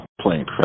playing